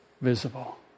visible